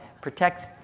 Protects